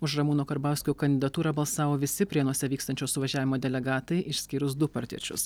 už ramūno karbauskio kandidatūrą balsavo visi prienuose vykstančio suvažiavimo delegatai išskyrus du partiečius